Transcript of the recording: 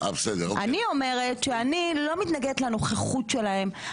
אני אומרת שאני לא מתנגדת לנוכחות שלהם,